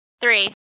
Three